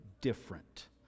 different